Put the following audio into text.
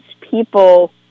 people